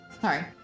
sorry